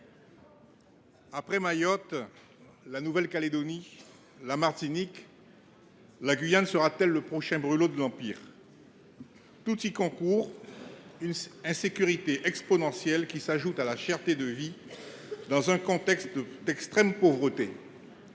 Après Mayotte, la Nouvelle Calédonie et la Martinique, la Guyane sera t elle le prochain « brûlot de l’Empire »? Tout y concourt : une insécurité exponentielle s’ajoute à la cherté de la vie, dans un contexte d’extrême pauvreté.